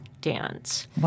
dance